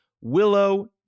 Willow